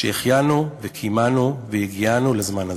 שהחיינו וקיימנו והגיענו לזמן הזה.